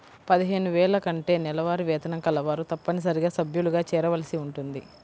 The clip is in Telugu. పదిహేను వేల కంటే నెలవారీ వేతనం కలవారు తప్పనిసరిగా సభ్యులుగా చేరవలసి ఉంటుంది